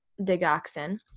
digoxin